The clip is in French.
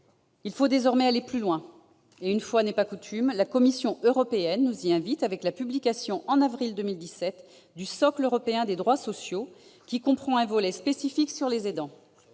Il faut désormais aller plus loin, et, une fois n'est pas coutume, la Commission européenne nous y invite, avec la publication, en avril 2017, du socle européen des droits sociaux, qui comprend un volet spécifique sur les aidants.